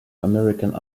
american